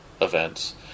events